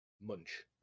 Munch